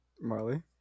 Marley